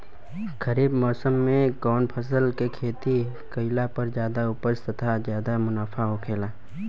खरीफ़ मौसम में कउन फसल के खेती कइला पर ज्यादा उपज तथा ज्यादा मुनाफा होखेला?